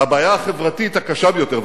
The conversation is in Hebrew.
והבעיה החברתית הקשה ביותר,